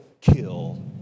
kill